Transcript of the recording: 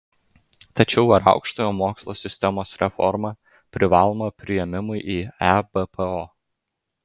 tačiau ar aukštojo mokslo sistemos reforma privaloma priėmimui į ebpo